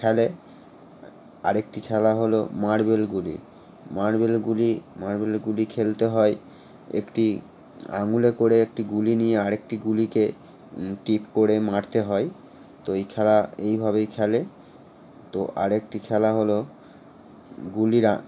লোক খেলে আরেকটি খেলা হলো মার্বেল গুলি মার্বেল গুলি মার্বেল গুলি খেলতে হয় একটি আঙ্গুলে করে একটি গুলি নিয়ে আরেকটি গুলিকে টিপ করে মারতে হয় তো এই খেলা এইভাবেই খেলে তো আরেকটি খেলা হলো গুলিরা